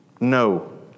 no